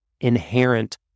inherent